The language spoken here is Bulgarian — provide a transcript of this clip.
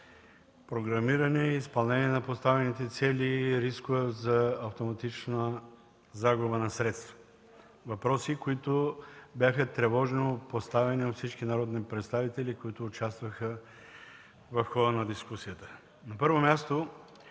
програмиране, изпълнение на поставените цели и рискове за автоматична загуба на средства. Въпроси, които бяха тревожно поставени от всички народни представители, участващи в хода на дискусията. На първо място,